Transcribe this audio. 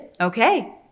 Okay